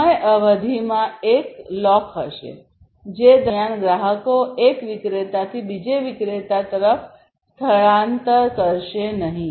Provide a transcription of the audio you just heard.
સમય અવધિમાં એક લોક હશે જે દરમિયાન ગ્રાહકો એક વિક્રેતાથી બીજા વિક્રેતા તરફ સ્થળાંતર કરશે નહીં